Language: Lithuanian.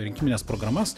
rinkimines programas